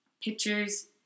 Pictures